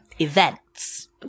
events